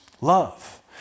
love